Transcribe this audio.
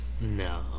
No